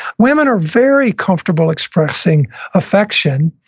women are very comfortable expressing affection,